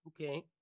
okay